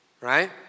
right